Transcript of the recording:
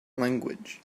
language